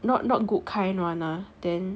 not not good kind one lah then